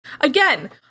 Again